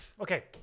okay